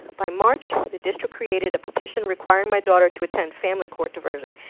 by march, the district created a petition requiring my daughter to attend family court diversion.